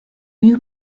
you